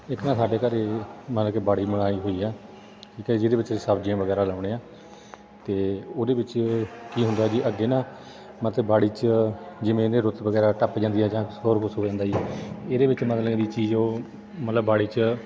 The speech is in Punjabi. ਇੱਕ ਨਾ ਸਾਡੇ ਘਰ ਮਤਲਬ ਕੇ ਬਾੜੀ ਬਣਾਈ ਹੋਈ ਆ ਠੀਕ ਹੈ ਜਿਹਦੇ ਵਿੱਚ ਅਸੀਂ ਸਬਜ਼ੀਆਂ ਵਗੈਰਾ ਲਗਾਉਂਦੇ ਹਾਂ ਅਤੇ ਉਹਦੇ ਵਿੱਚ ਕੀ ਹੁੰਦਾ ਜੀ ਅੱਗੇ ਨਾ ਮਤਲਬ ਬਾੜੀ 'ਚ ਜਿਵੇਂ ਇਹਨੇ ਰੁੱਤ ਵਗੈਰਾ ਟੱਪ ਜਾਂਦੀ ਆ ਜਾਂ ਹੋਰ ਕੁਛ ਹੋ ਜਾਂਦਾ ਜੀ ਇਹਦੇ ਵਿੱਚ ਮਤਲਬ ਵੀ ਚੀਜ਼ ਉਹ ਮਤਲਬ ਬਾੜੀ 'ਚ